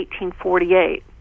1848